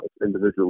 individually